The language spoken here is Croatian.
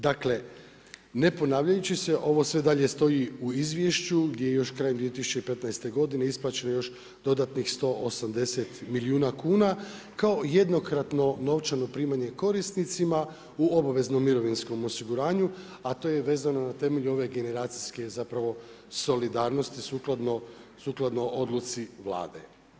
Dakle, ne ponavljajući se ovo sve dalje stoji u izvješću gdje je još krajem 2015. godine isplaćeno još dodatnih 180 milijuna kao jednokratno novčano primanje korisnicima u obaveznom mirovinskom osiguranju a to je vezano na temelju ove generacijske zapravo solidarnosti sukladno odluci Vlade.